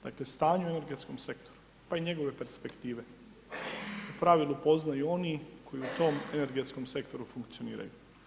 Dakle stanje u energetskom sektoru pa i njegove perspektiva u pravilu poznaju oni koji u tom energetskom sektoru funkcioniraju.